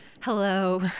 Hello